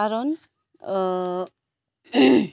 কাৰণ